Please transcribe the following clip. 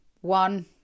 one